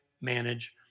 manage